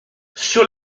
sur